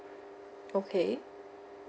okay